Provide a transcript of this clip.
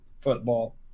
football